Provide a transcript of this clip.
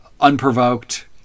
unprovoked